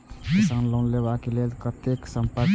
किसान लोन लेवा के लेल कते संपर्क करें?